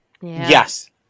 Yes